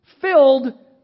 filled